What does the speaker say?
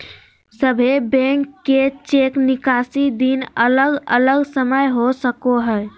सभे बैंक के चेक निकासी दिन अलग अलग समय हो सको हय